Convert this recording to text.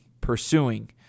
pursuing